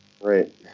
Right